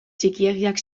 txikiegiak